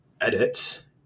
edit